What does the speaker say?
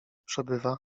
przebywa